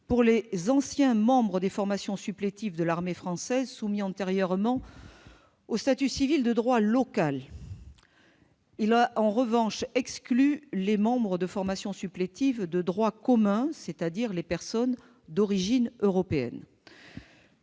pour les anciens membres des formations supplétives de l'armée française soumis antérieurement au statut civil de droit local. Il a en revanche exclu les membres de formations supplétives de droit commun, c'est-à-dire les personnes d'origine européenne.